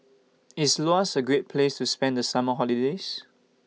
IS Laos A Great Place to spend The Summer Holiday